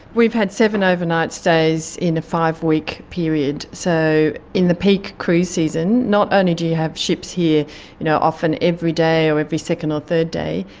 we've had seven overnight stays in a five-week period. so in the peak cruise season, not only do you have ships here you know often every day or every second or third day,